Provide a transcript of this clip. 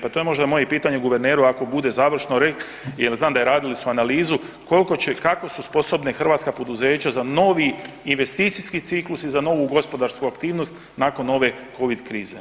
Pa to je možda moje pitanje guverneru ako bude završno, jer znam da radili su analizu koliko će i kako su sposobne hrvatska poduzeća za novi investicijski ciklus i za novu gospodarsku aktivnost nakon ove covid krize.